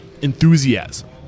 enthusiasm